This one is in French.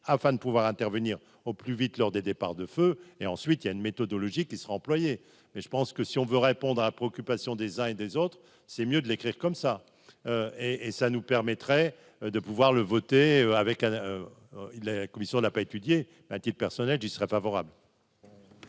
afin de pouvoir intervenir au plus vite lors des départs de feu et ensuite il y a une méthodologie qui sera employé mais je pense que si on veut répondre à la préoccupation des uns et des autres, c'est mieux de l'écrire comme ça et et ça nous permettrait de pouvoir le voter avec un il, la commission n'a pas étudié a-t-il personnel, j'y serais favorable.